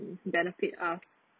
benefit us